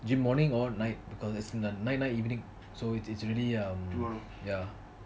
gym morning or night because night night evening it's already um ya